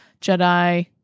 Jedi